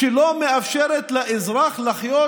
שלא מאפשרת לאזרח לחיות